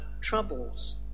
troubles